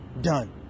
done